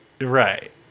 Right